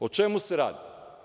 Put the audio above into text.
O čemu se radi?